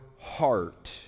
heart